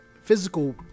physical